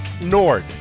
Nord